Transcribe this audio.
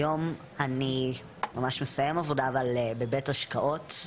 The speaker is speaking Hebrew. היום אני ממש מסיים עבודה, אבל בבית השקעות.